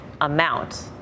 amount